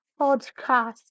Podcast